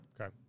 Okay